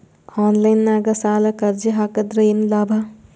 Online ನಾಗ್ ಸಾಲಕ್ ಅರ್ಜಿ ಹಾಕದ್ರ ಏನು ಲಾಭ?